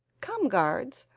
come, guards,